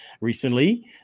recently